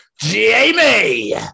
Jamie